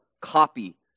copy